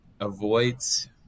avoids